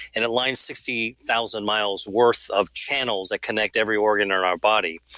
and align sixty thousand miles worth of channels that connect every organ or ah body.